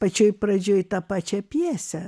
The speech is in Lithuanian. pačioj pradžioj tą pačią pjesę